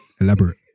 Elaborate